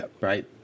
right